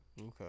Okay